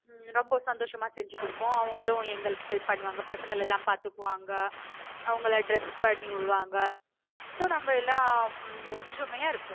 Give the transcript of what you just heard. ரொம்ப சந்தோஷமாக செஞ்சிகொடுப்போம் அவங்களும் எங்களுக்கு ஹெல்ப் பண்ணுவாங்க பசங்களலெல்லாம் பார்த்துக்குவாங்க அவங்களை டிரஸ் பண்ணிவிடுவாங்க ஸோ நம்ப எல்லாம் ஒற்றுமையாக இருப்போம்